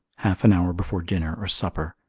half an hour before dinner or supper,